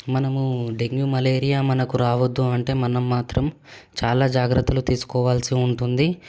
మనము dengue malaria మనకు రావద్దు అంటే మనం మాత్రం చాలా జాగ్రత్తలు తీసుకోవాల్సి ఉంటుంది